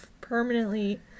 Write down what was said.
permanently